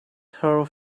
her